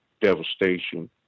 devastation